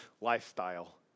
lifestyle